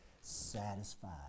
satisfied